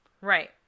Right